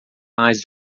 mais